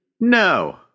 No